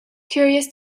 curious